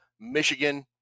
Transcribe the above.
Michigan